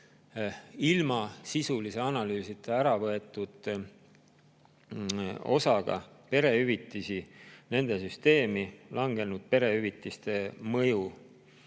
ilma sisulise analüüsita ära võetud osaga perehüvitisi, perehüvitiste süsteemi, langenud perehüvitiste mõju,